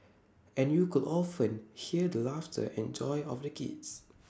and you could often hear the laughter and joy of the kids